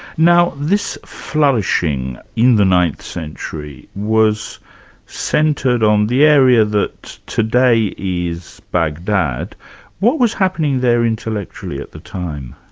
now this flourishing in the ninth century was centred on the area that today is baghdad what was happening there intellectually at the time?